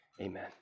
amen